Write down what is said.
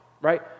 right